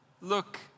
look